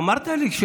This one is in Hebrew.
אמרת לי.